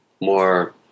more –